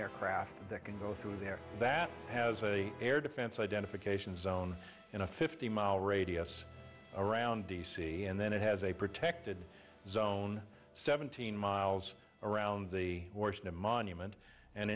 aircraft that can go through the air that has air defense identification zone in a fifty mile radius around d c and then it has a protected zone seventeen miles around the horse in a monument and